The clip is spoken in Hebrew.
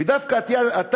ודווקא אתה